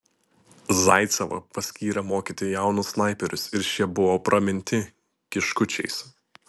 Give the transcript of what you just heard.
zaicevą paskyrė mokyti jaunus snaiperius ir šie buvo praminti kiškučiais